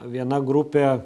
viena grupė